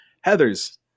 Heather's